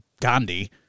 Gandhi